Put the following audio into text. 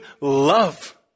love